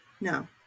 No